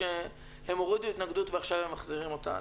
שהם הורידו התנגדות ועכשיו הם מחזירים אותה?